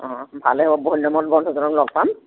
অঁ ভালে হ'ব বহুদিনৰ মূৰত বন্ধুজনক লগ পাম